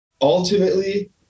Ultimately